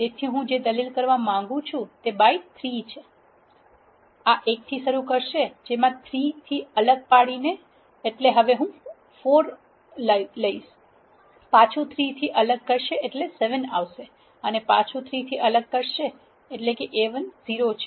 તેથી હું જે દલીલ પાસ કરવા માંગુ છું તે by3 છે આ 1 થી શરૂ કરશે જેમાં ૩ થી અલગ પાડીને એટલે હવે 4 આવશે અને પાછું ૩ થી અલગ કરશે એટલે 7 આવશે અને પાછું ૩ થી અલગ પછી A10 છે